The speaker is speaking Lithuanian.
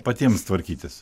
patiems tvarkytis